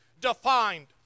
defined